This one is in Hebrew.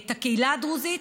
הקהילה הדרוזית,